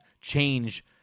change